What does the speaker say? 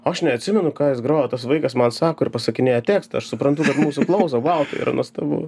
aš neatsimenu ką jis grojo tas vaikas man sako ir pasakinėja tekstą aš suprantu kad mūsų klauso wow tai yra nuostabu